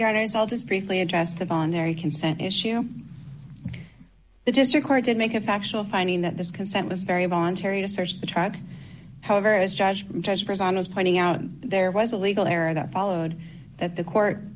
yet it is all just briefly address the voluntary consent issue the district court did make a factual finding that this consent was very voluntary to search the truck however it is judged present is pointing out there was a legal error that followed that the court